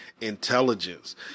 intelligence